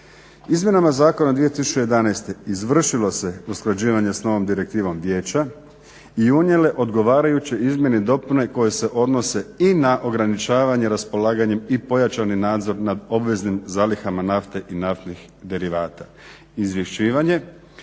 Izmjenama Zakona 2011. izvršilo se usklađivanje s novom direktivom vijeća i unijele odgovarajuće izmjene i dopune koje se odnose i na ograničavanje raspolaganjem i pojačani nadzor nad obveznim zalihama nafte i naftnih derivata, izvješćivanje,